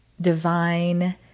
divine